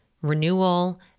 renewal